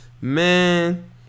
Man